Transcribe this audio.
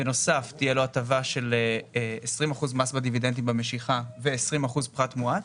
בנוסף תהיה לו הטבה 20 אחוז מס בדיבידנד עם המשיכה ו-20 אחוז פחת מואץ,